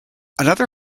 another